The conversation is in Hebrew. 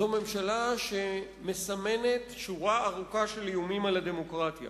זאת ממשלה שמסמנת שורה ארוכה של איומים על הדמוקרטיה.